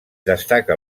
destaca